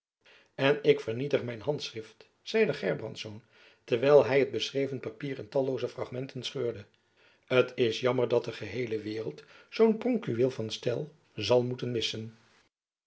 en ik vernietig mijn handschrift zeide gerbrandsz terwijl hy het beschreven papier in tallooze fragmenten scheurde t is jammer dat de geleerde waereld zoo'n pronkjuweel van stijl zal moeten missen